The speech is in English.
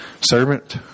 servant